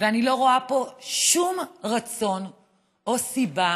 ואני לא רואה פה שום רצון או סיבה